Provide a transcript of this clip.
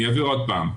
אני אבהיר עוד פעם.